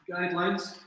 guidelines